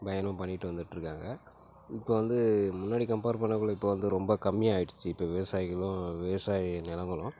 வயலும் பண்ணிவிட்டு வந்துட்டுருக்காங்க இப்போ வந்து முன்னாடி கம்ப்பேர் பண்ணக்குள்ளே இப்போ வந்து ரொம்ப கம்மியாயிடுச்சு இப்போ விவசாயிகளும் விவசாய நிலங்களும்